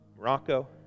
Morocco